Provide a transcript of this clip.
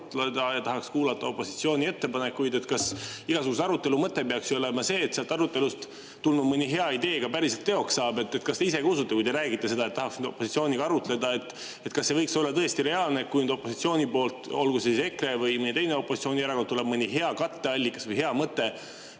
tahaks kuulata opositsiooni ettepanekuid? Igasuguse arutelu mõte peaks ju olema see, et sealt arutelust tulnud mõni hea idee ka päriselt teoks saab. Kas te ise ka usute, kui te räägite, et tahaksite opositsiooniga arutleda? Kas see võiks olla tõesti reaalne, et kui opositsiooni poolt – olgu EKRE või mõni teine opositsioonierakond – tuleb mõni hea katteallikas või hea mõte,